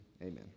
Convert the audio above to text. Amen